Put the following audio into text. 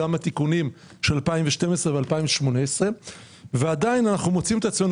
גם התיקונים של 2012 ו-2018 - עדיין אנחנו מוצאים את עצמנו